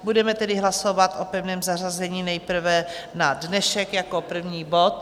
Budeme tedy hlasovat o pevném zařazení nejprve na dnešek jako první bod.